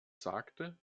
sagte